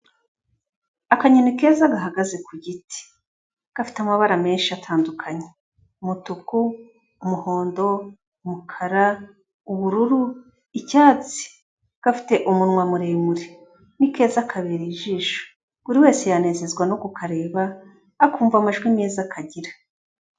Akanyoni keza gahagaze ku giti, gafite amabara menshi atandukanye, umutuku, umuhondo, umukara, ubururu, icyatsi, gafite umunwa muremure, ni keza kabereye ijisho, buri wese yanezezwa no kukareba, akumva amajwi meza kagira.